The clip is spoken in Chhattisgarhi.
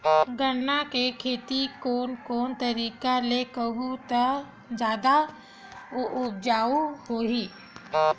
गन्ना के खेती कोन कोन तरीका ले करहु त जादा उपजाऊ होही?